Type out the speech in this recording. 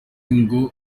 ngo